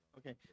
Okay